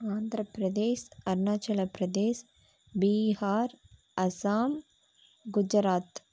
Andhra Pradesh Arunachal Pradesh Bihar Assam Gujarat